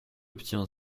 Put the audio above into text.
obtient